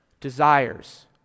desires